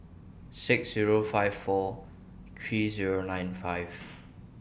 six Zero five four three Zero nine five